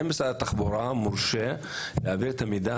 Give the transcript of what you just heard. האם משרד התחבורה מורשה להעביר את המידע